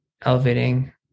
elevating